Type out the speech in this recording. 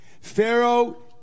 Pharaoh